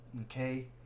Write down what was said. Okay